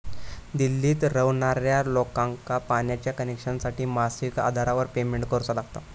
दिल्लीत रव्हणार्या लोकांका पाण्याच्या कनेक्शनसाठी मासिक आधारावर पेमेंट करुचा लागता